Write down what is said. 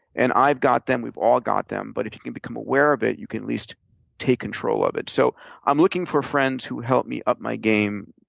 and i've got them, we've all got them, but if you can become aware of it, you can at least take control of it. so i'm looking for friends who help me up my game,